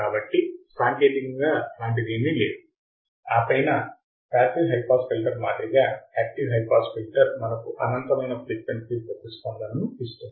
కాబట్టి సాంకేతికంగా అలాంటిదేమీ లేదు ఆపైన పాసివ్ హై పాస్ ఫిల్టర్ మాదిరిగా యాక్టివ్ హై పాస్ ఫిల్టర్ మనకు అనంతమైన ఫ్రీక్వెన్సీ ప్రతిస్పందనను ఇస్తుంది